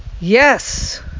Yes